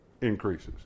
increases